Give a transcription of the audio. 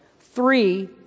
Three